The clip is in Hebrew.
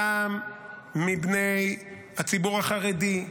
גם מבני הציבור החרדי,